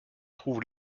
trouve